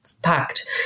packed